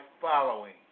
following